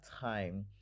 time